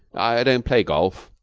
i don't play golf.